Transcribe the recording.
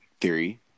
theory